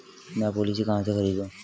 मैं पॉलिसी कहाँ से खरीदूं?